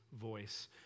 voice